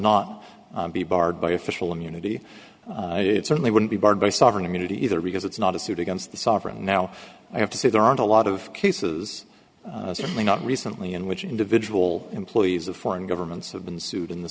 not be barred by official immunity it certainly wouldn't be barred by sovereign immunity either because it's not a suit against the sovereign now i have to say there aren't a lot of cases certainly not recently in which individual employees of foreign governments have been sued in the